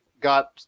got